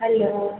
hello